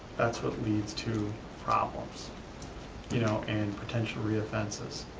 that's what leads to problems you know and potential re-offenses.